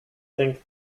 think